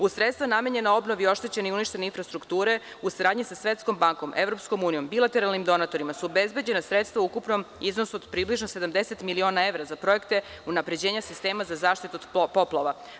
Uz sredstava namenjena obnovi oštećene i uništene infrastrukture u saradnji sa Svetskom bankom, EU, bilateralnim donatorima su obezbeđena sredstava u ukupnom iznosu od približno 70 miliona evra za projekte unapređenja sistema za zaštitu od poplava.